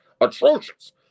Atrocious